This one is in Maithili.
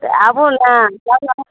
तऽ आबू ने लऽ जाउ